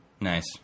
Nice